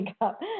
up